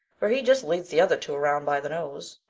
for he just leads the other two around by the nose,